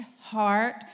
heart